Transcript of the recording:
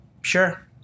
Sure